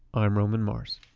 i'm roman mars